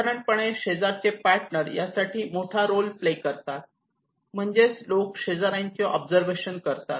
साधारणपणे शेजारचे पार्टनर यासाठी मोठा रोल प्ले करतात म्हणजेच लोक शेजाऱ्यांचे ऑब्झर्वेशन करतात